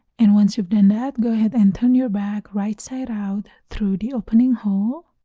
and once you've done that go ahead and turn your bag right side out through the opening hole